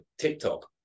tiktok